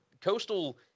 Coastal